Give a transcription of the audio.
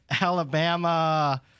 Alabama